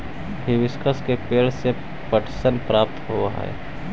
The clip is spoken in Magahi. हिबिस्कस के पेंड़ से पटसन प्राप्त होव हई